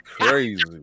Crazy